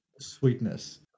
sweetness